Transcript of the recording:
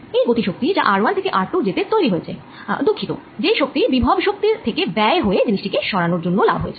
এই গতি শক্তি যা r1থেকে r2 যেতে তৈরি হয়েছে দুঃখিত যেই শক্তি বিভব শক্তির থেকে ব্যয় হয়ে জিনিষ টি কে সরানোর জন্য লাভ হয়েছে